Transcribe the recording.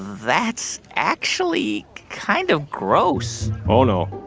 that's actually kind of gross oh, no.